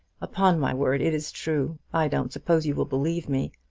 upon my word it is true. i don't suppose you'll believe me.